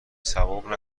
ثواب